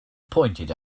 pointed